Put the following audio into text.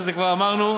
זה כבר אמרנו.